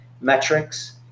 metrics